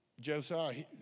Josiah